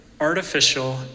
artificial